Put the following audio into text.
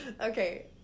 Okay